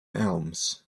elms